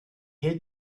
lit